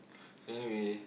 so anyway